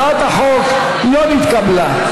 הצעת החוק לא נתקבלה.